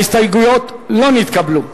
ההסתייגות לא נתקבלה.